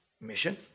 mission